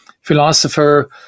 philosopher